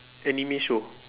anime show